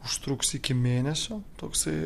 užtruks iki mėnesio toksai